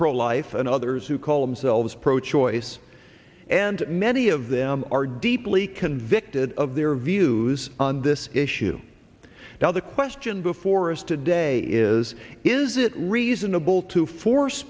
pro life and others who call themselves pro choice and many of them are deeply convicted of the her views on this issue now the question before us today is is it reasonable to force